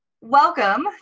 welcome